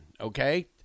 okay